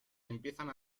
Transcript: empiezan